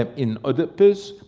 ah in oedipus,